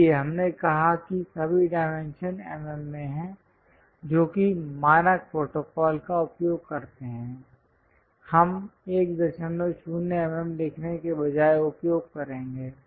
इसलिए हमने कहा कि सभी डायमेंशन mm में हैं जो कि मानक प्रोटोकॉल का उपयोग करते हैं हम 10 mm लिखने के बजाय उपयोग करेंगे